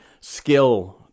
skill